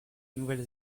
nouvelle